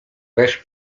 bez